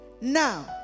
Now